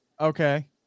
Okay